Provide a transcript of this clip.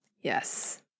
Yes